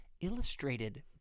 illustrated